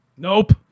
Nope